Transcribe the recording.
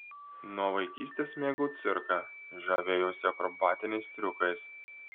nuo vaikystės mėgau cirką žavėjausi akrobatiniais triukais